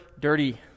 dirty